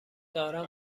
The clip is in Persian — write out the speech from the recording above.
دارم